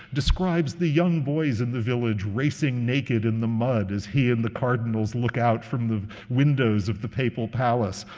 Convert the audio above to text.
describes the young boys in the village racing naked in the mud as he and the cardinals look out from the windows of the papal palace.